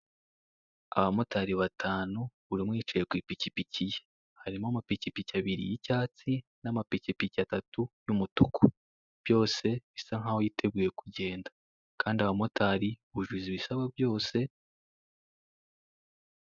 Abamotari batanu, buri umwe yicaye ku ipikipiki ye. Harimo amapikipiki abiri y'icyatsi, n'amapikipiki atatu y'umutuku. Byose, bisa nk'aho yiteguye kugenda kandi abamotari bujuje ibisabwa byose.